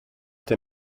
der